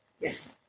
Yes